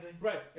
Right